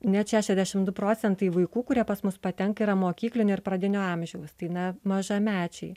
net šešiasdešim du procentai vaikų kurie pas mus patenka yra mokyklinio ir pradinio amžiaus tai na mažamečiai